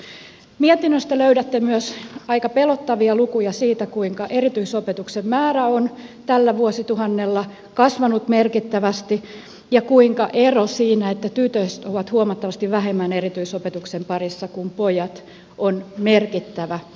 mietinnöstä löydätte myös aika pelottavia lukuja siitä kuinka erityisopetuksen määrä on tällä vuosituhannella kasvanut merkittävästi ja kuinka ero siinä että tytöt ovat huomattavasti vähemmän erityisopetuksen parissa kuin pojat on merkittävä